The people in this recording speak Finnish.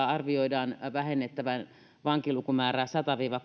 arvioidaan vähennettävän vankilukumäärää sadalla viiva